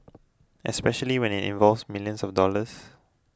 especially when it involves millions of dollars